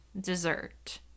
dessert